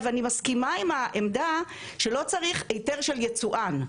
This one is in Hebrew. אני מסכימה עם העמדה שלא צריך היתר של יצואן.